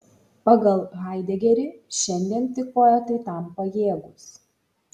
pagal haidegerį šiandien tik poetai tam pajėgūs